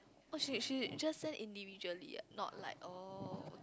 oh she she just send individually ah not like oh